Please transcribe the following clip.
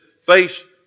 face